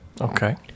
okay